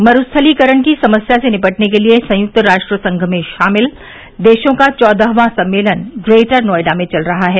मरुस्थलीकरण की समस्या से निपटने के लिए संयुक्त राष्ट्र संघ में शामिल देशों का चौदहवां सम्मेलन ग्रेटर नोएडा में चल रहा है